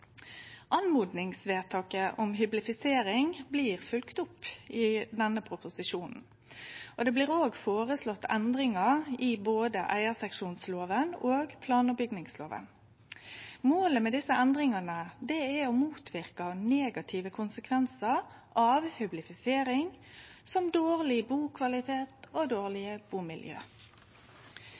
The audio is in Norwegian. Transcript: om hyblifisering blir følgt opp i denne proposisjonen, og det blir òg føreslått endringar i både eigarseksjonsloven og plan- og bygningsloven. Målet med desse endringane er å motverke negative konsekvensar av hyblifisering, som dårleg bukvalitet og dårlege